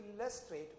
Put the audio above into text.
illustrate